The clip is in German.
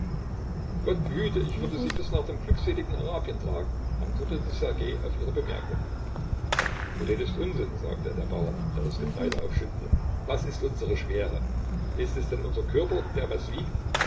gott behüte ich würde sie bis nach dem glückseligen arabien tragen antwortete ssergej auf ihre bemerkung du redest unsinn sagte der bauer der das getreide aufschüttete was ist unsere schwere ist es denn unser körper der was wiegt